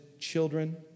children